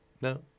No